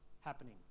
happening